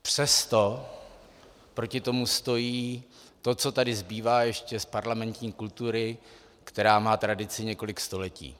Přesto proti tomu stojí to, co tady zbývá ještě z parlamentní kultury, která má tradici několik století.